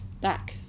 back